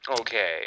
Okay